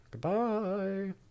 Goodbye